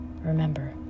remember